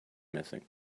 missing